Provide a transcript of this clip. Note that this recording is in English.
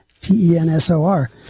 T-E-N-S-O-R